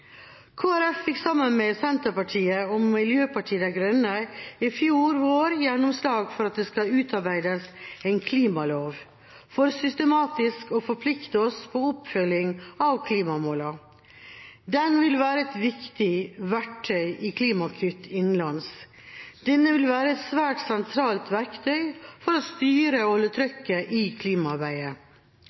fikk sammen med Senterpartiet og Miljøpartiet De Grønne i fjor vår gjennomslag for at det skal utarbeides en klimalov, for systematisk å forplikte oss på oppfølging av klimamålene. Den vil være et viktig verktøy for klimakutt innenlands og et svært sentralt verktøy for å styre og holde trykket oppe i